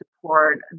support